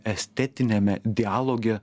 estetiniame dialoge